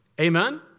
Amen